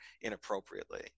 inappropriately